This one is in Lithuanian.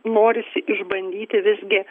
norisi išbandyti vis gi